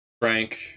Frank